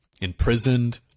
imprisoned